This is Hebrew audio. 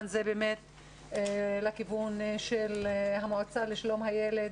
זה באמת לכיוון של המועצה לשלום הילד,